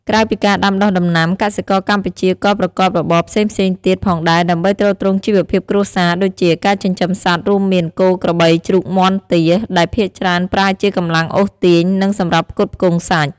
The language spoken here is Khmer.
ក្រៅពីការដាំដុះដំណាំ កសិករកម្ពុជាក៏ប្រកបរបរផ្សេងៗទៀតផងដែរដើម្បីទ្រទ្រង់ជីវភាពគ្រួសារ ដូចជា ការចិញ្ចឹមសត្វ រួមមាន គោ ក្របី ជ្រូក មាន់ ទា ដែលភាគច្រើនប្រើជាកម្លាំងអូសទាញ និងសម្រាប់ផ្គត់ផ្គង់សាច់។